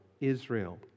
Israel